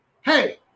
Hey